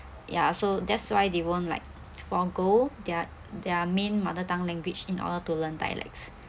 ya so that's why they won't like forgo their their main mother tongue language in order to learn dialects